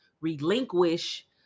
relinquish